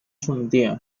圣殿